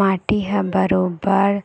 माटी ह बरोबर